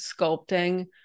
sculpting